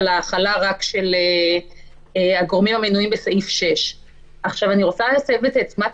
ההחלה רק של הגורמים המנויים בסעיף 6. אני רוצה להסב את תשומת